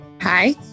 Hi